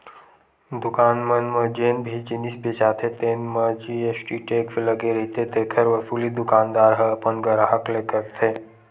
दुकान मन म जेन भी जिनिस बेचाथे तेन म जी.एस.टी टेक्स लगे रहिथे तेखर वसूली दुकानदार ह अपन गराहक ले करथे